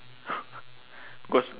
cause